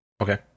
Okay